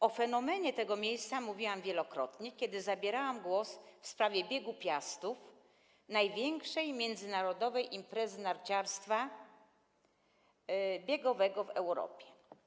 O fenomenie tego miejsca mówiłam wielokrotnie, kiedy zabierałam głos w sprawie Biegu Piastów - największej międzynarodowej imprezy narciarstwa biegowego w Europie.